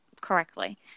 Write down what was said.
correctly